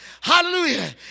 hallelujah